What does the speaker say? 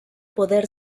poder